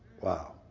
Wow